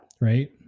Right